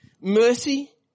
mercy